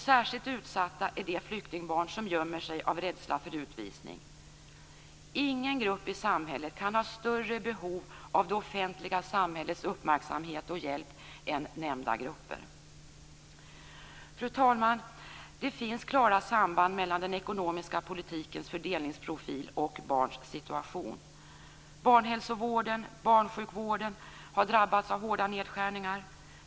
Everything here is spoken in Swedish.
Särskilt utsatta är de flyktingbarn som gömmer sig av rädsla för utvisning. Ingen grupp i samhället kan ha större behov av det offentliga samhällets uppmärksamhet och hjälp än nämnda grupper. Fru talman! Det finns klara samband mellan den ekonomiska politikens fördelningsprofil och barns situation. Barnhälsovården och barnsjukvården har drabbats av hårda nedskärningar.